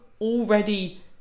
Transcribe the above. already